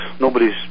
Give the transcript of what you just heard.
nobody's